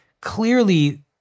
clearly